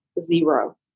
zero